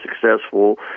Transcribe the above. successful